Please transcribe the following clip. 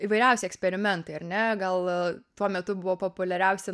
įvairiausi eksperimentai ar ne gal tuo metu buvo populiariausia